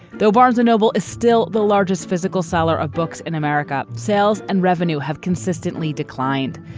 though barnes noble is still the largest physical seller of books in america. sales and revenue have consistently declined.